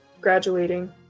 graduating